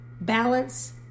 balance